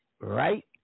Right